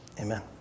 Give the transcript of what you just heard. amen